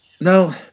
no